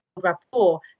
rapport